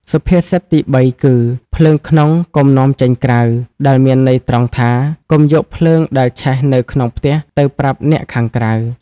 សុភាសិតទីបីគឺ ភ្លើងក្នុងកុំនាំចេញក្រៅ ដែលមានន័យត្រង់ថា កុំយកភ្លើងដែលឆេះនៅក្នុងផ្ទះ ទៅប្រាប់អ្នកខាងក្រៅ។